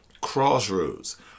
crossroads